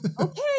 okay